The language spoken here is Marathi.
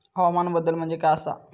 हवामान बदल म्हणजे काय आसा?